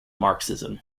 marxism